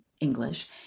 english